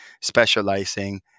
specializing